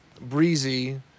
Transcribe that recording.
breezy